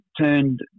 turned